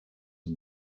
and